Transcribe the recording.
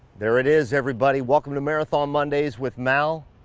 there it is everybody. welcome to marathon mondays with mal.